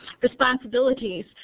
responsibilities